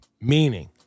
Meaning